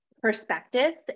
perspectives